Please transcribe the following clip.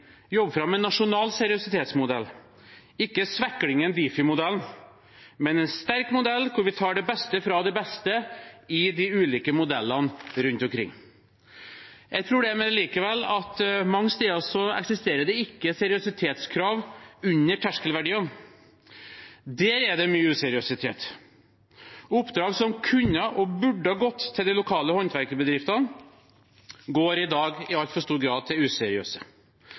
jobbe fram en nasjonal seriøsitetsmodell – ikke sveklingen Difi-modellen, men en sterk modell der vi tar det beste fra det beste i de ulike modellene rundt omkring. Jeg tror likevel at det mange steder ikke eksisterer seriøsitetskrav under terskelverdiene. Der er det mye useriøsitet. Oppdrag som kunne og burde gått til de lokale håndverkerbedriftene, går i dag i altfor stor grad til useriøse.